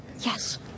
Yes